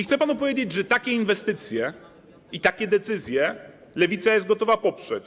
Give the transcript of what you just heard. Chcę panu powiedzieć, że takie inwestycje i takie decyzje Lewica jest gotowa poprzeć.